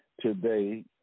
today